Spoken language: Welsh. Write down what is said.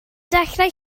dechrau